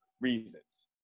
reasons